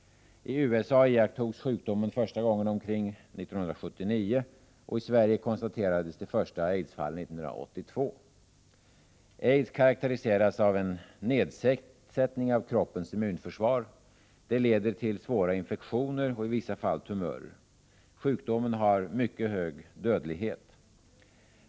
I USA iakttogs sjukdomen första gången omkring år 1979, och i Sverige konstaterades de första AIDS-fallen 1982. AIDS karakteriseras av en nedsättning av kroppens immunförsvar. Det leder till svåra infektioner och i vissa fall tumörer. Sjukdomen har mycket hög dödlighet.